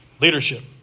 Leadership